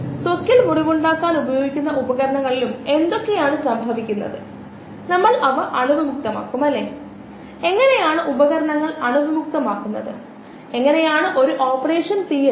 medium ഒന്നുകിൽ സങ്കീർണ്ണമോ നിർവചിക്കാവുന്നതോ ആകാം നിർവചിച്ചിരിക്കുന്നത് അവിടെയുള്ളതെല്ലാം നമുക്ക് അറിയാമെന്നാണ് സങ്കീർണ്ണമായ അർത്ഥം നമുക്ക് മീഡിയത്തിന്റെ എല്ലാ വിശദാംശങ്ങളും അറിയില്ലായിരിക്കാം